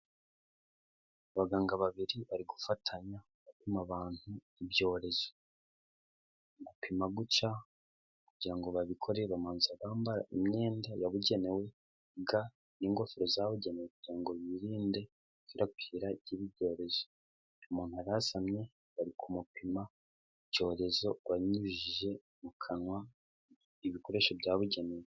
Abaganga babiri bari gufatanya n'abantu ibyorezo. Gupima gutya kugira ngo babikore bamanza bambara imyenda yabugenewe, ga n'ingofero zabugenewe kugira ngo birinde ikwirakwira ry'ibyorezo. Umuntu arasamye bari kumupima icyorezo banyujije mu kanwa ibikoresho byabugenewe.